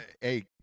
Hey